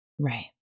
right